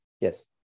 yes